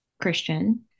Christian